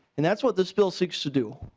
and that's what this bill seeks to do.